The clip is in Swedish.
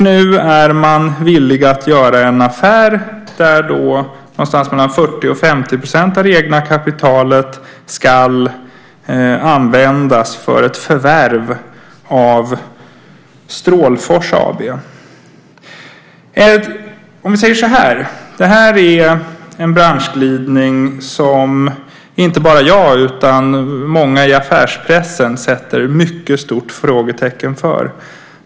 Nu är man villig att göra en affär där 40-50 % av det egna kapitalet ska användas till ett förvärv av Strålfors AB. Det här är en branschglidning som inte bara jag utan också många i affärspressen sätter ett mycket stort frågetecken för.